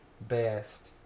best